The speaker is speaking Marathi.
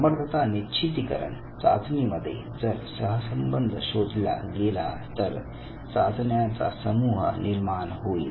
समर्थता निश्चितीकरण चाचणी मध्ये जर सहसंबंध शोधल्या गेला तर चाचण्यांचा समूह निर्माण होईल